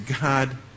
God